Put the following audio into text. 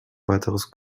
weiteres